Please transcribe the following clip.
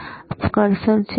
ટોચ પર અમારી પાસે કર્સર છે